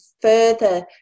further